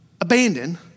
abandon